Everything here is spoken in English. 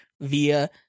via